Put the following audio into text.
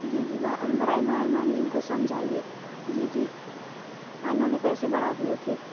جی جی برائے مہرمانی اِن کو سمجھائیے جی جی ہاں اِنہوں نے پیسے بڑھا دیے تھے